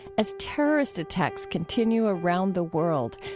as terrorist attacks continue around the world,